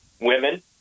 women